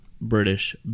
British